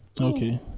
Okay